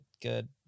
good